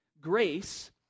Grace